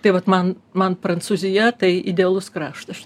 tai vat man man prancūzija tai idealus kraštas